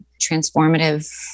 transformative